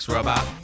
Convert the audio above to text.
Robot